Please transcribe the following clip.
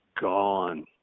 gone